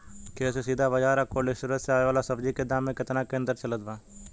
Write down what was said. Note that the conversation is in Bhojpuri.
खेत से सीधा बाज़ार आ कोल्ड स्टोर से आवे वाला सब्जी के दाम में केतना के अंतर चलत बा?